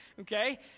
Okay